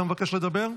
אתה מבקש לדבר,